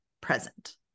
present